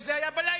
שזה היה בלילה.